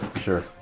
Sure